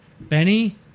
Benny